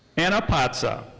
anna paca.